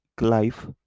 life